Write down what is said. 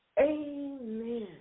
Amen